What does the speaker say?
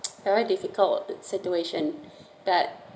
very difficult situation that